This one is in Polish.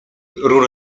rów